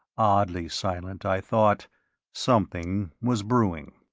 oddly silent, i thought something was brewing.